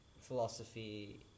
philosophy